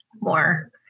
more